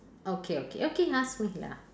okay okay okay ask me ya